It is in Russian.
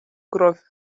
кровь